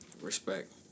Respect